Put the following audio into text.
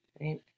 right